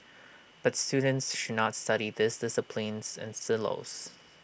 but students should not study these disciplines in silos